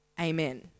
Amen